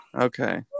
Okay